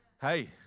Hey